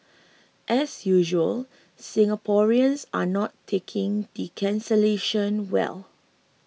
as usual Singaporeans are not taking the cancellation well